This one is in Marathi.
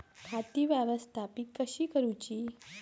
खाती व्यवस्थापित कशी करूची?